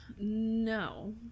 no